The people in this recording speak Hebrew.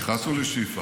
נכנסנו לשיפא,